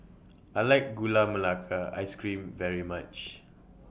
I like Gula Melaka Ice Cream very much